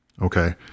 Okay